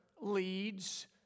leads